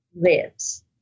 lives